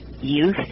youth